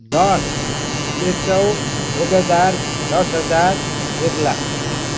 दस एक सय एक हजार दस हजार एक लाख